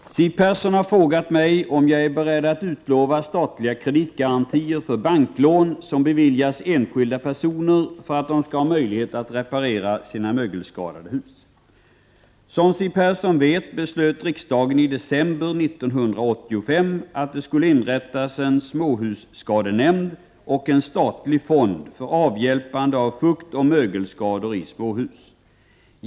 Fru talman! Siw Persson har frågat mig om jag är beredd att utlova statliga kreditgarantier för banklån, som beviljas enskilda personer för att de skall ha möjlighet att reparera sina mögelskadade hus. Som Siw Persson vet beslöt riksdagen i december 1985 att det skulle inrättas en småhusskadenämnd och en statlig fond för avhjälpande av fuktoch mögelskador i småhus.